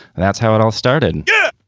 and that's how it all started yeah.